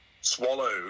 swallowed